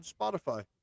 Spotify